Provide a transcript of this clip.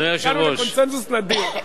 הגענו לקונסנזוס נדיר.